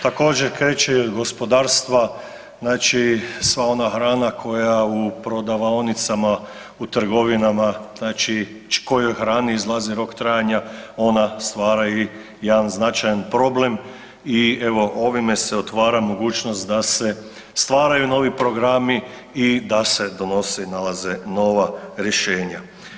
Također kreće i od gospodarstva, znači sva ona hrana koja u prodavaonicama, u trgovinama znači kojoj hrani izlazi rok trajanja ona stvara i jedan značajan problem i evo ovime se otvara mogućnost da se stvaraju novi programi i da se donose i nalaze nova rješenja.